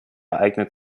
eignet